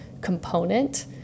component